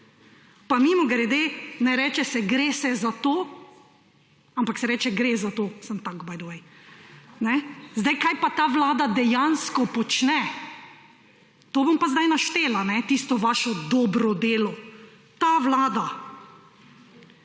Pa mimogrede, ne reče se »gre se za to«, ampak se reče »gre za to«. Samo tako, by the way. Zdaj, kaj pa ta vlada dejansko počne? To bom pa zdaj naštela, tisto vaše dobro delo. Ta vlada